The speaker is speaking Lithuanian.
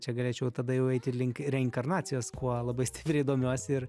čia galėčiau tada jau eiti link reinkarnacijos kuo labai stipriai domiuosi ir